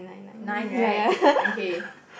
nine right okay